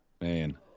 Man